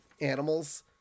animals